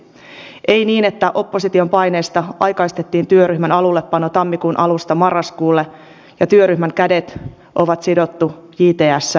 aidosti ei niin että opposition paineesta aikaistettiin työryhmän alullepano tammikuun alusta marraskuulle ja työryhmän kädet on sidottu jtsn linjaan